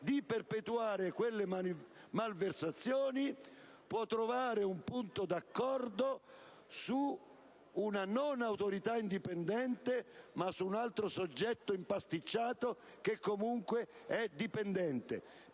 di perpetuare quelle malversazioni può trovare un punto d'accordo non su una autorità indipendente, ma su un altro soggetto impasticciato che, comunque, è dipendente.